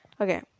Okay